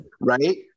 right